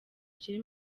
kiri